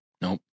Nope